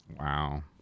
Wow